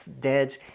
dead